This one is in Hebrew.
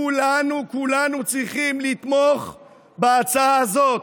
כולנו, כולנו צריכים לתמוך בהצעה הזאת.